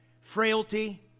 frailty